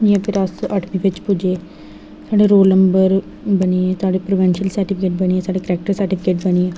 फिर अस अठमीं बिच्च पुज्जे साढ़े रोल नम्बर बनी गे साढ़े प्रोबैंशल सर्टीफिकेट बनी गे साढ़े करैक्टर सर्टीफिकेट बनिये